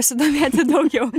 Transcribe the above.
pasidomėti daugiau